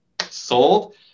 sold